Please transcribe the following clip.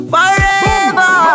Forever